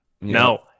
No